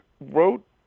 wrote